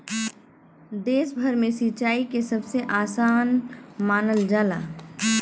देश भर में सिंचाई के सबसे आसान मानल जाला